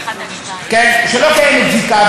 שלא קיימת זיקה,